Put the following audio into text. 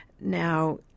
Now